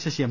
Sasi M